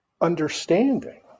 Understanding